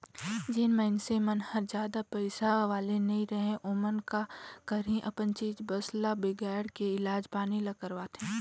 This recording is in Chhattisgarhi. जेन मइनसे मन हर जादा पइसा वाले नइ रहें ओमन का करही अपन चीच बस ल बिगायड़ के इलाज पानी ल करवाथें